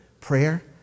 prayer